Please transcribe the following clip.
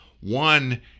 One